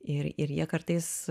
ir ir jie kartais